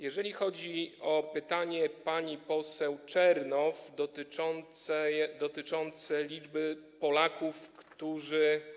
Jeżeli chodzi o pytanie pani poseł Czernow dotyczące liczby Polaków, którzy.